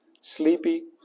sleepy